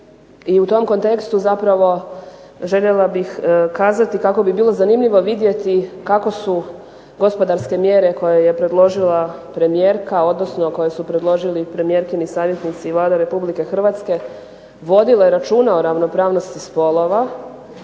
i u tom kontekstu zapravo željela bih kazati kako bi bilo zanimljivo vidjeti kako su gospodarske mjere koje je predložila premijerka, odnosno koje su predložili premijerkini savjetnici i Vlada Republike Hrvatske vodile računa o ravnopravnosti spolova,